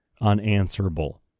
unanswerable